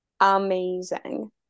amazing